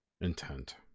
intent